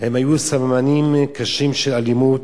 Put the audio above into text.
היו סממנים קשים של אלימות,